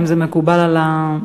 האם זה מקובל על המציעים?